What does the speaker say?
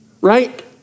Right